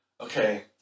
okay